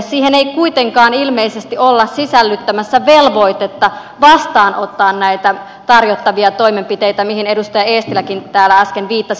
siihen ei kuitenkaan ilmeisesti olla sisällyttämässä velvoitetta vastaanottaa näitä tarjottavia toimenpiteitä mihin edustaja eestiläkin täällä äsken viittasi